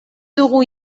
dugu